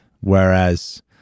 whereas